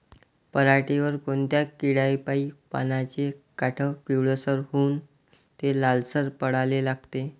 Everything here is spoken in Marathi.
पऱ्हाटीवर कोनत्या किड्यापाई पानाचे काठं पिवळसर होऊन ते लालसर पडाले लागते?